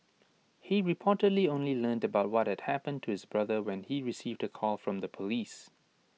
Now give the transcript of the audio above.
he reportedly only learned about what had happened to his brother when he received A call from the Police